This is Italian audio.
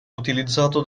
utilizzato